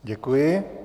Děkuji.